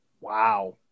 Wow